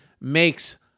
makes